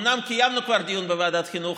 אומנם כבר קיימנו דיון בוועדת החינוך,